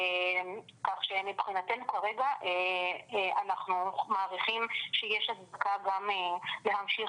כך שמבחינתנו כרגע אנחנו מעריכים שיש הצדקה גם להמשיך